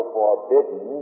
forbidden